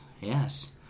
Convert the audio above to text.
yes